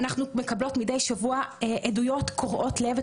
אנחנו מקבלות מידי שבוע עדויות קורעות לב.